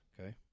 Okay